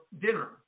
dinner